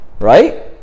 right